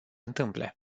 întâmple